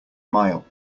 mile